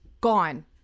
gone